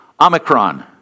Omicron